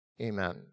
Amen